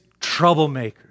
troublemakers